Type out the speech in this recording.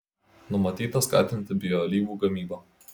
numatyta skatinti bioalyvų gamybą